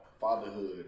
fatherhood